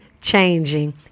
changing